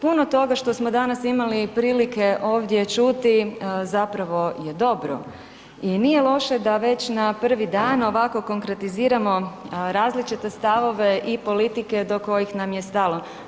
Puno toga što smo danas imali prilike ovdje čuti zapravo je dobro i nije loše da već na prvi dan ovako konkretiziramo različite stavove i politike do kojih nam je stalo.